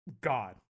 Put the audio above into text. god